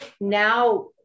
Now